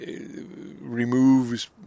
removes